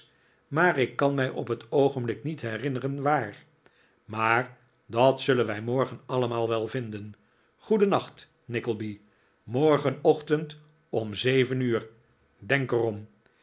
maar ik kan mij op t oogenblik niet herinneren waar maar dat zullen wij morgen allemaal wel vinden goedennacht nickleby morgenochtend onr zeven uur denk er